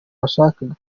bashakaga